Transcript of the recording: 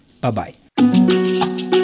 Bye-bye